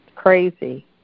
Crazy